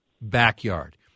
backyard